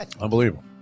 Unbelievable